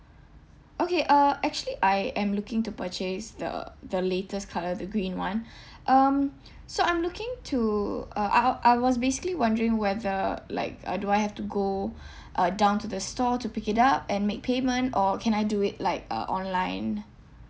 okay uh actually I am looking to purchase the the latest colour the green [one] um so I'm looking to uh I o~ I was basically wondering whether like uh do I have to go uh down to the store to pick it up and make payment or can I do it like uh online